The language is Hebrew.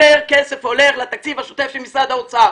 יותר כסף הולך לתקציב השוטף של משרד האוצר.